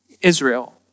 Israel